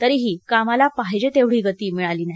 तरीही कामाला पाहिजे तेवढी गती मिळालेली नाही